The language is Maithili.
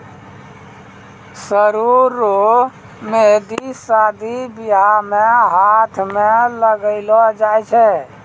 सरु रो मेंहदी शादी बियाह मे हाथ मे लगैलो जाय छै